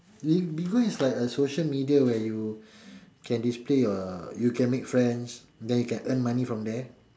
Bigo is like a social media where you can display your you can make friends then you can earn money from there